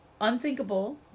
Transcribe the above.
unthinkable